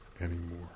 anymore